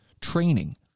training